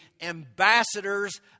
ambassadors